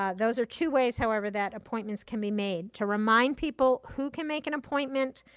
ah those are two ways, however, that appointments can be made. to remind people who can make an appointment,